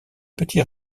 petit